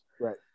Right